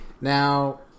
Now